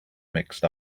mixed